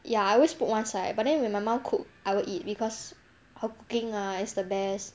ya I always put one side but then when my mum cook I will eat because her cooking lah is the best